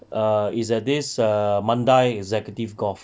err is at this err mandai executive golf